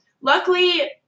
luckily